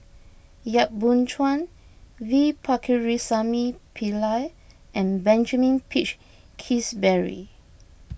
Yap Boon Chuan V Pakirisamy Pillai and Benjamin Peach Keasberry